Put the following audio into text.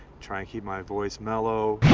try and keep my voice mellow.